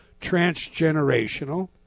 transgenerational